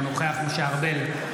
אינו נוכח משה ארבל,